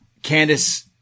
Candice